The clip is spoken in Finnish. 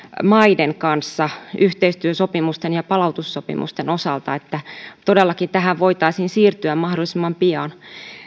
maiden kanssa yhteistyösopimusten ja palautussopimusten osalta jotta todellakin tähän voitaisiin siirtyä mahdollisimman pian